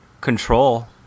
control